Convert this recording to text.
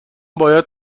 باید